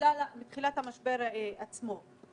מתחילת המשבר עצמו.